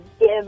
give